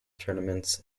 tournaments